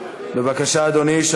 בבקשה, אדוני.